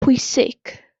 pwysig